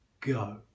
Go